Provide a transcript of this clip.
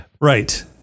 Right